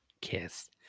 kiss